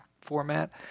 format